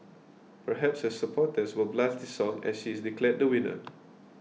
perhaps her supporters will blast this song as she is declared the winner